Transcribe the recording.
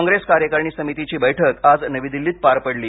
काँग्रेस कार्यकारिणी समितीची बैठक आज नवी दिल्लीत पार पडली